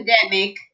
pandemic